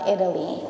Italy